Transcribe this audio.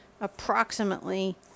approximately